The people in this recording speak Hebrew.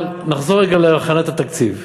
אבל נחזור רגע להכנת התקציב.